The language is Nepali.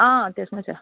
अँ त्यसमा छ